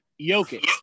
Jokic